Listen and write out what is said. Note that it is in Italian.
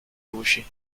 luci